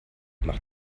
mach